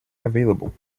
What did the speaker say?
available